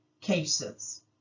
cases